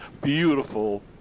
beautiful